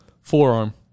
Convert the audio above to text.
Forearm